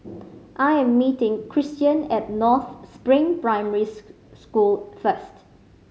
I am meeting Christian at North Spring Primary School first